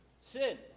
Sin